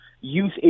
youth